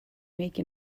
make